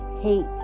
hate